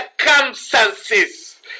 circumstances